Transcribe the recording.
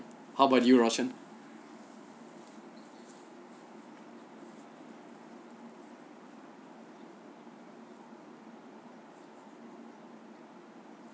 how about you rocient